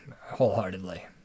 Wholeheartedly